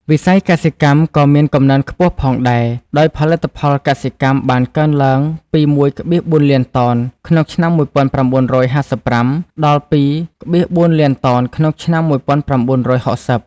វិស័យកសិកម្មក៏មានកំណើនខ្ពស់ផងដែរ ដោយផលិតផលកសិកម្មបានកើនឡើងពី ១,៤ លានតោនក្នុងឆ្នាំ១៩៥៥ ដល់ ២,៤ លានតោនក្នុងឆ្នាំ១៩៦០។